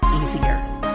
easier